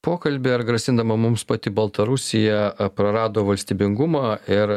pokalbį ar grasindama mums pati baltarusija prarado valstybingumą ir